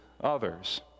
others